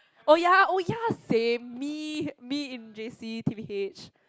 oh ya oh ya same me me in J_C T_B_H